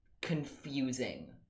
confusing